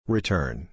Return